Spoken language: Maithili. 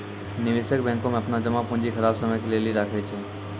निवेशक बैंको मे अपनो जमा पूंजी खराब समय के लेली राखै छै